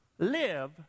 Live